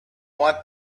want